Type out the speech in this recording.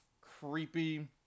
creepy